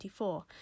2024